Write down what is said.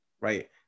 right